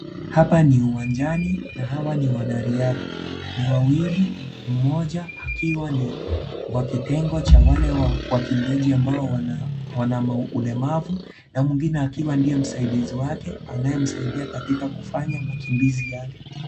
Hapa ni uwanjani na hawa ni wanariadha, ni wawili mmoja akiwa ni wa kitengo cha wale wakimbiaji ambao wana ulemavu na mwingine akiwa ndiye msaidizi wake anayemsaidia katika kufanya makimbizi yake.